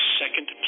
second